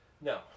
no